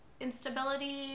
instability